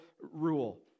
rule